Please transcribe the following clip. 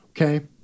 okay